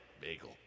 bagel